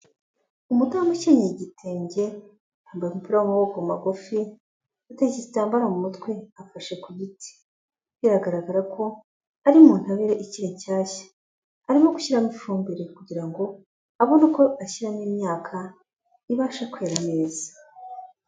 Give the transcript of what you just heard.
Umudamu ukenyeye igitenge, yambaye umupira w'amaboko magufi, uteze igitambaro mu mutwe, afashe ku giti. Biragaragara ko, ari mu ntabire ikiri nshyashya, arimo gushyiramo ifumbire kugira ngo, abone uko ashyiramo imyaka, ibashe kwera neza.